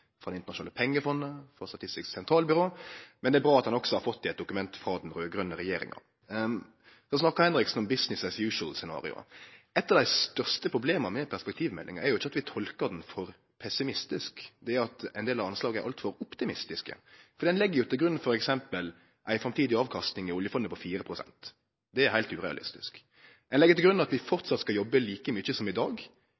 frå Det internasjonale pengefondet og frå Statistisk sentralbyrå, men det er bra at ein også har fått det i eit dokument frå den raud-grøne regjeringa. Så snakka Henriksen om «business as usual»-scenarioet. Eit av dei største problema med perspektivmeldinga er ikkje at vi tolkar den for pessimistisk, det er at ein del av anslaga er altfor optimistiske. Den legg til grunn f.eks. ei framtidig avkastning i oljefondet på 4 pst. Det er heilt urealistisk. Ein legg til grunn at vi